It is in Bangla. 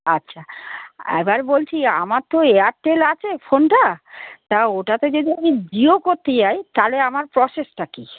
আচ্ছা এবার বলছি আমার তো এয়ারটেল আছে ফোনটা তা ওটাতে আমি যদি জিও করতে যাই তালে আমার প্রসেসটা কী